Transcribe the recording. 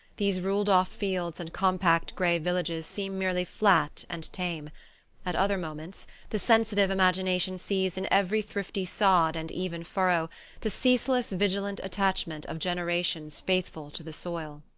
these ruled-off fields and compact grey villages seem merely flat and tame at other moments the sensitive imagination sees in every thrifty sod and even furrow the ceaseless vigilant attachment of generations faithful to the soil.